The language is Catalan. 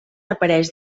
apareix